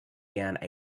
down